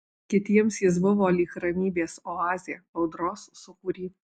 kitiems jis buvo lyg ramybės oazė audros sūkury